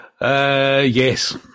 Yes